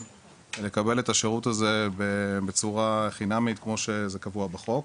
לקבל את השירות הזה בצורה חינמית כמו שזה קבוע בחוק.